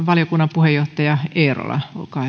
valiokunnan puheenjohtaja eerola